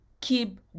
Keep